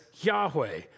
Yahweh